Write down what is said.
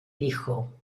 dijo